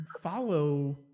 follow